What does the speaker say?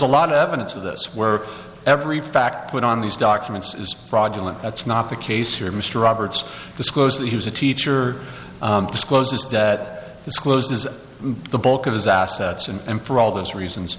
a lot of evidence of this where every fact went on these documents is fraudulent that's not the case here mr roberts disclosed that he was a teacher discloses that disclosed is the bulk of his assets and for all those reasons